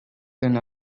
than